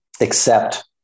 accept